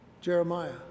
Jeremiah